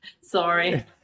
Sorry